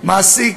בעוד למעסיק,